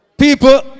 People